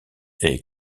est